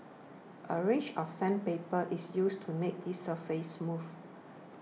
a range of sandpaper is used to make the surface smooth